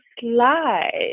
slide